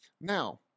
Now